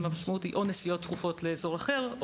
המשמעות היא או נסיעות תכופות לאזור אחר,